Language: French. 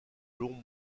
longs